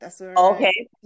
Okay